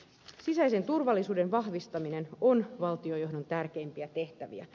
sisäisen turvallisuuden vahvistaminen on valtiojohdon tärkeimpiä tehtäviä